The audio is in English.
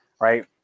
right